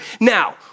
Now